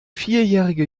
vierjährige